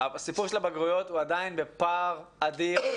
הסיפור של הבגרויות הוא עדיין בפער אדיר.